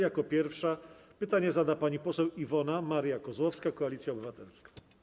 Jako pierwsza pytanie zada poseł Iwona Maria Kozłowska, Koalicja Obywatelska.